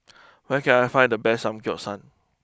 where can I find the best Samgyeopsal